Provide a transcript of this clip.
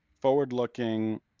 forward-looking